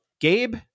Gabe